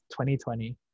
2020